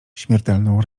śmiertelną